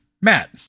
Matt